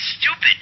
stupid